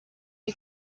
you